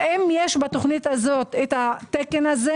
האם יש בתוכנית הזו את התקן הזה?